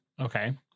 Okay